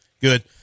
good